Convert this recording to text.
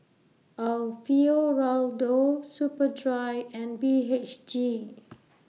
Alfio Raldo Superdry and B H G